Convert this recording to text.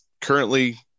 Currently